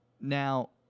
Now